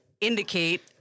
indicate